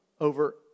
over